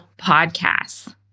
Podcasts